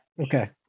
Okay